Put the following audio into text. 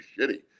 shitty